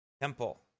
temple